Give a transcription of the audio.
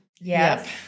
Yes